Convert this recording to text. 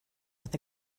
with